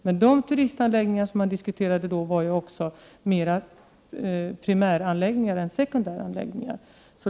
Men de turistanläggningar som då diskuterades var mera primäranläggningar än sekundäranläggningar.